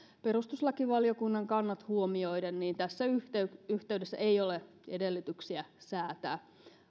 perustuslakivaliokunnan kannat huomioiden tässä yhteydessä yhteydessä ei ole edellytyksiä säätää